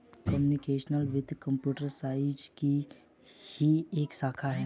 computational वित्त computer science की ही एक शाखा है